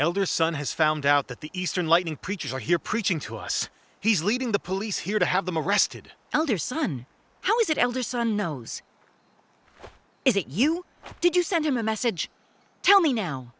elder son has found out that the eastern lightning preachers are here preaching to us he's leading the police here to have them arrested elder son how is it elder son knows is it you did you send him a message tell me now